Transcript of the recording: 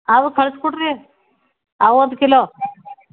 ಅವು ಕಳಿಸ್ಕೊಡ್ರಿ ಅವು ಒಂದು ಕಿಲೋ